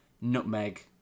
Nutmeg